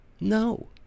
No